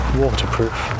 waterproof